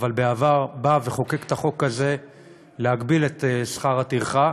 שבעבר בא וחוקק את החוק הזה להגבלת שכר הטרחה.